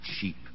cheap